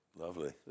Lovely